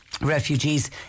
refugees